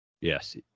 Yes